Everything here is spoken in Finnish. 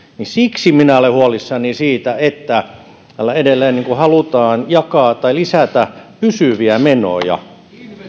siksi minä olen huolissani siitä että täällä edelleen halutaan jakaa tai lisätä pysyviä menoja